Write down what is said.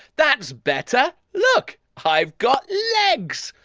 that's better. look, i've got legs.